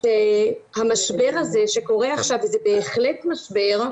המשבר הזה שקורה עכשיו וזה בהחלט משבר,